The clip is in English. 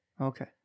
Okay